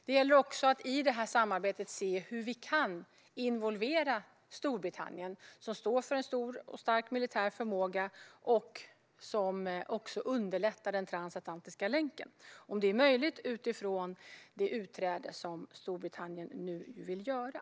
Det gäller också att i detta samarbete se hur vi kan involvera Storbritannien, som står för en stor och stark militär förmåga och som underlättar den transatlantiska länken, om detta är möjligt utifrån det utträde som Storbritannien nu vill göra.